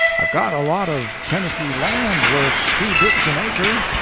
i've got a lot of tennessee land worth two bits an acre.